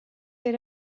era